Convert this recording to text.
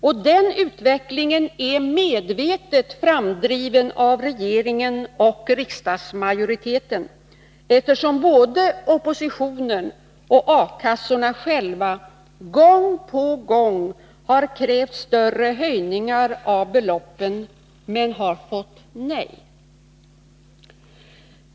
Och den utvecklingen är medvetet framdriven av regeringen och riksdagsmajoriteten, eftersom både oppositionen och A-kassorna själva gång på gång har krävt större höjningar av beloppen men fått nej.